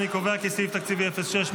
אני קובע כי סעיף תקציבי 06,